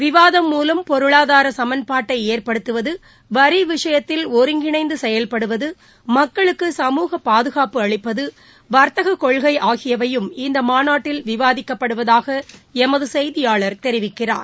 விவாதம் மூலம் பொருளாதார சமன்பாட்டை ஏற்படுத்துவது வரி விஷயத்தில் ஒருங்கிணைந்து செயல்படுவது மக்களுக்கு சமூக பாதுனப்பு அளிப்பது வர்த்தகக்கொள்கை ஆகியவையும் இந்த மாநாட்டில் விவாதிக்கப்படுவதாக எமது செய்தியாளர் தெரிவிக்கிறார்